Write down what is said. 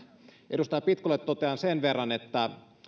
edustaja pitkolle totean sen verran että